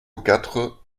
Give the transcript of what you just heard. quatre